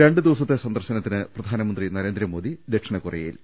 രണ്ട്ദിവസത്തെ സന്ദർശനത്തിന് പ്രധാനമന്ത്രി നരേന്ദ്രമോദി ദക്ഷി ണകൊറിയയിൽ